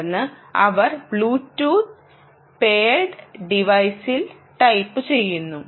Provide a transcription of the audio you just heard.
തുടർന്ന് അവർ bluetooth paired ടി വൈസിൽ ടൈപ്പുചെയ്യുന്നു